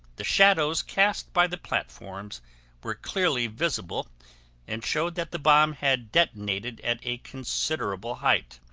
the shadows cast by the platforms were clearly visible and showed that the bomb had detonated at a considerable height.